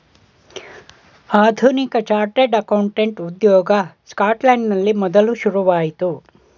ಆಧುನಿಕ chartered accountant ಉದ್ಯೋಗ ಸ್ಕಾಟ್ಲೆಂಡಿನಲ್ಲಿ ಮೊದಲು ಶುರುವಾಯಿತು